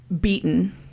beaten